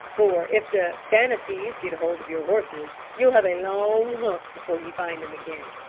for if the banattees get hold of your horses, you'll have a long hunt before you find them again.